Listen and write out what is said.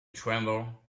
tremble